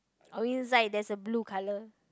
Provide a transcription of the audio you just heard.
oh inside there're a blue color